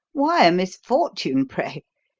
why a misfortune, pray?